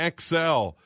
XL